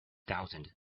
thousand